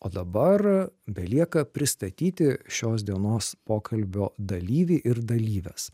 o dabar belieka pristatyti šios dienos pokalbio dalyvį ir dalyves